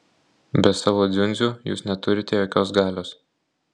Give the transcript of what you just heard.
be savo dziundzių jūs neturite jokios galios